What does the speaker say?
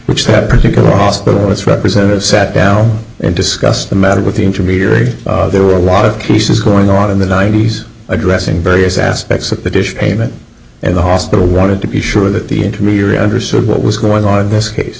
rich have particular ospital its representative sat down and discussed the matter with the intermediary there were a lot of cases going on in the ninety's addressing various aspects of the dish payment and the hospital wanted to be sure that the intermediary understood what was going on in this case